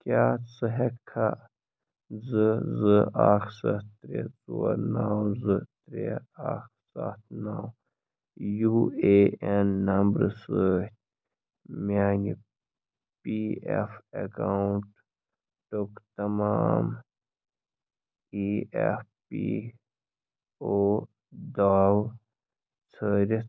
کیٛاہ ژٕ ہٮ۪ککھا زٕ زٕ اکھ سَتھ ترٛے ژور نو زٕ ترٛے اکھ سَتھ نو یوٗ اے اٮ۪ن نمبرٕ سۭتۍ میانہِ پی اٮ۪ف اٮ۪کاوُنٛٹُک تمام ای اٮ۪ف پی او داو ژھٲرِتھ